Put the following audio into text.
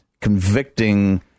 convicting